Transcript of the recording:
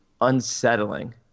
unsettling